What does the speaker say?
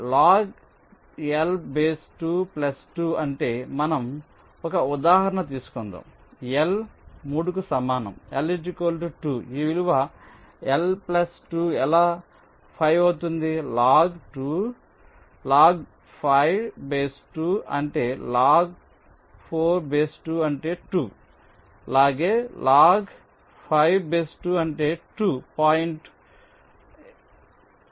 ⌈ log2 L 2⌉ అంటే మనం ఒక ఉదాహరణ తీసుకుందాం L 3 కు సమానంL 2 ఈ విలువ L 2 ఎలా 5 అవుతుంది log2 5 అంటే log2 4 అంటే 2 లాగ్ 2 5 అంటే 2 పాయింట్ ఏదో